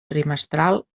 trimestral